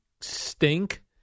stink